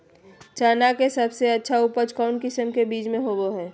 चना के सबसे अच्छा उपज कौन किस्म के बीच में होबो हय?